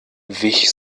wich